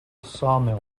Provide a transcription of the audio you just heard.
sawmill